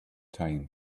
time